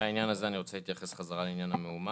בעניין הזה אני רוצה להתייחס חזרה לעניין המאומת.